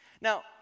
Now